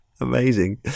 Amazing